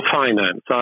finance